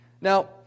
Now